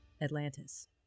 Atlantis